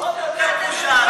עוד יותר בושה.